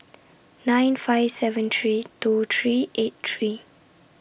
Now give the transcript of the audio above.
nine five seven three two three eight three